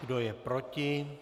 Kdo je proti?